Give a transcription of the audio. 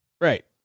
Right